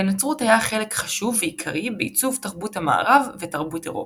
לנצרות היה חלק חשוב ועיקרי בעיצוב תרבות המערב ותרבות אירופה.